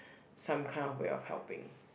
some kind of way of helping